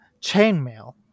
chainmail